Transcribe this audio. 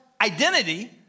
identity